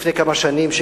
לפני כמה שנים חשבתי,